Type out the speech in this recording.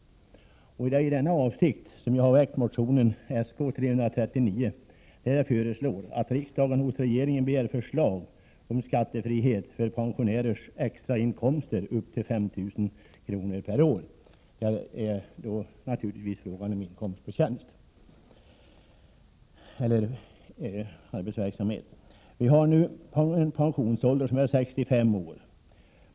I denna avsikt har jag väckt motion Sk339, där jag föreslår att riksdagen hos regeringen begär förslag om skattefrihet för pensionärers extrainkomster på belopp upp till 5 000 kr. per år. Det är då naturligtvis fråga om inkomst av tjänst. Vi har nu en pensionsåldersgräns vid 65 år.